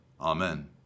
Amen